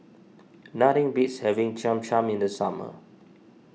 nothing beats having Cham Cham in the summer